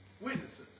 witnesses